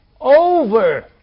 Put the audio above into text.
over